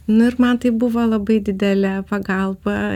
nu ir man tai buvo labai didelė pagalba